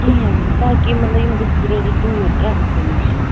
کِہیٖنۍ نہٕ تاکہِ یِم مطلب یِم گٔژھۍ روزٕنۍ دوٗر ڈرٛگسَن نِشہٕ